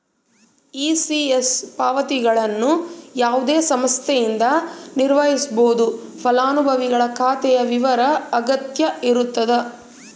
ECS ಪಾವತಿಗಳನ್ನು ಯಾವುದೇ ಸಂಸ್ಥೆಯಿಂದ ನಿರ್ವಹಿಸ್ಬೋದು ಫಲಾನುಭವಿಗಳ ಖಾತೆಯ ವಿವರ ಅಗತ್ಯ ಇರತದ